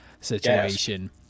situation